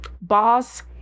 boss